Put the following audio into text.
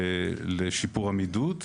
זקוקים לשיפור עמידות,